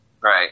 Right